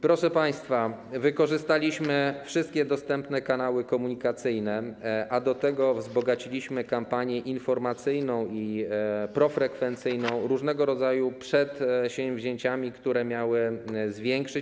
Proszę państwa, wykorzystaliśmy wszystkie dostępne kanały komunikacyjne, a do tego wzbogaciliśmy kampanię informacyjną i profrekwencyjną różnego rodzaju przedsięwzięciami, które miały zwiększyć.